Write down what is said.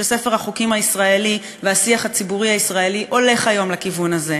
שספר החוקים הישראלי והשיח הציבורי הישראלי הולכים היום לכיוון הזה,